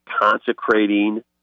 consecrating